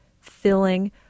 filling